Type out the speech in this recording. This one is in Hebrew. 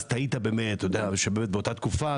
באותה תקופה,